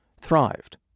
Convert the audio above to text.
thrived